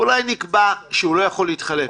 אולי נקבע שהוא לא יכול להתחלף.